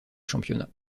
championnat